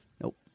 Nope